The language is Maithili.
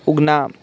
उगना